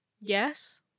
Yes